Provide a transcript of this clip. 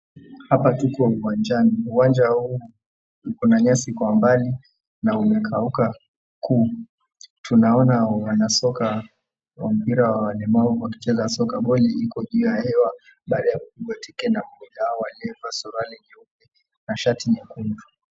Hapa tuko uwanjani, uwanja huu uko na nyasi kwa mbali na umekauka ku, tunaona wanasoka wa mpira wa walemavu wakicheza soka, boli iko ju ya hewa baada ya kupigwa teke na hao waliovaa suruale nyeupe na shati nyekundu.